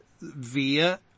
via